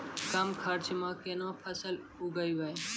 कम खर्चा म केना फसल उगैबै?